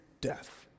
death